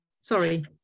Sorry